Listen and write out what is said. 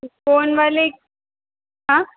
कोन वाले हाँ